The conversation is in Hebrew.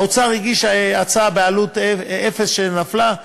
האוצר הגיש הצעה בעלות אפס, שנפלה.